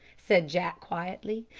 said jack quietly.